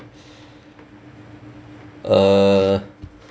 uh